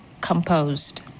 composed